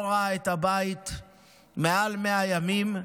לא ראה את הבית מעל 100 ימים.